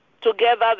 together